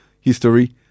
history